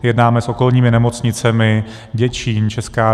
Jednáme s okolními nemocnicemi Děčín, Česká Lípa.